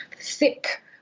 thick